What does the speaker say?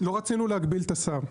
לא רצינו להגביל את השר.